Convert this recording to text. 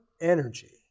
energy